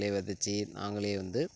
நாங்களே விதைச்சி நாங்களே வந்து